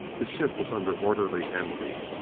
the ship was under orderly handling,